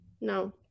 No